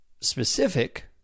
specific